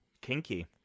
Kinky